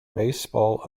baseball